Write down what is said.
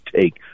take